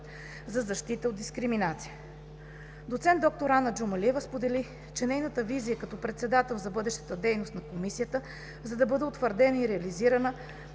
за защита от дискриминация. Доцент д-р Ана Джумалиева сподели, че нейната визия като председател за бъдещата дейност на Комисията, за да бъде утвърдена и реализирана,